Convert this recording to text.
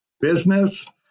Business